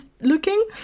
looking